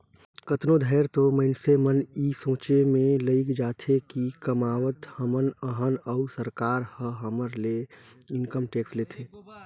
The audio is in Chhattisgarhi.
कतनो धाएर तो मइनसे मन ए सोंचे में लइग जाथें कि कमावत हमन अहन अउ सरकार ह हमर ले इनकम टेक्स लेथे